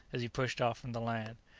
as he pushed off from the land.